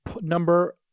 number